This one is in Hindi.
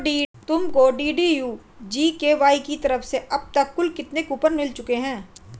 तुमको डी.डी.यू जी.के.वाई की तरफ से अब तक कुल कितने कूपन मिल चुके हैं?